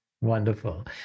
Wonderful